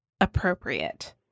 appropriate